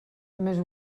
més